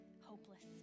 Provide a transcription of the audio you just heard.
hopeless